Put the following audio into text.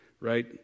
right